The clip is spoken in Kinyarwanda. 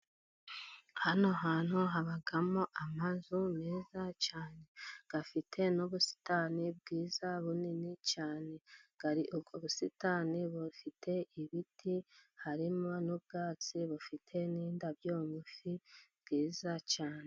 Hano hantu habamo amazu meza cyane afite n'ubusitani bwiza bunini cyane, hari ubwo busitani bufite ibiti harimo n'ubwatsi bufite n'indabyo ngufi bwiza cyane.